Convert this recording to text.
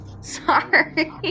sorry